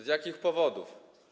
Z jakich powodów?